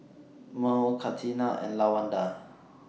Mearl Catina and Lawanda